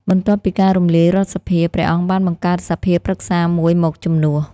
បន្ទាប់ពីការរំលាយរដ្ឋសភា ព្រះអង្គបានបង្កើតសភាប្រឹក្សាមួយមកជំនួស។